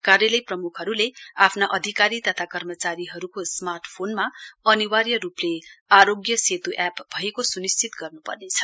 कार्यालय प्रमुखहरूले आफ्ना अधिकारी तथा कर्मचारीहरूको स्मार्ट फोनमा अनिवार्य रूपले आरोग्य सेतु ऐप भएको सुनिश्चित गर्नुपर्नेछ